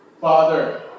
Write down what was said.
Father